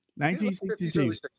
1962